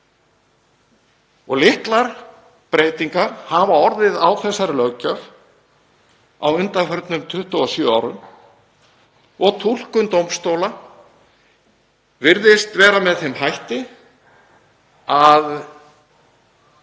Litlar breytingar hafa orðið á þessari löggjöf á undanförnum 27 árum og túlkun dómstóla virðist vera með þeim hætti að